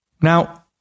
Now